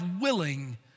willing